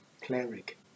cleric